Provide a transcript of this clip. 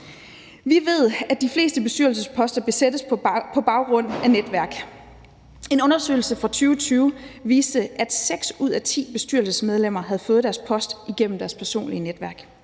Vi ved, at de fleste bestyrelsesposter besættes på baggrund af netværk. En undersøgelse fra 2020 viste, at seks ud af ti bestyrelsesmedlemmer havde fået deres post igennem deres personlige netværk.